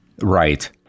Right